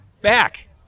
back